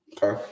Okay